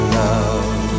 love